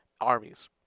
armies